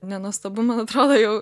nenuostabu man atrodo jau